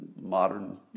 modern